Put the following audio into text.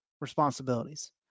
responsibilities